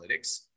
analytics